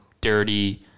dirty